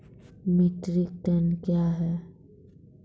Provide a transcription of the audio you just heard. Metric ton कया हैं?